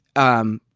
um,